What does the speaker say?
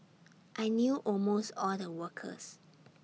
I knew almost all the workers